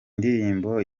ndirimbo